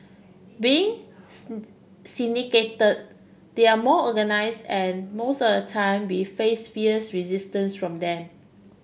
being syndicated they are more organised and most of the time we face fierce resistance from them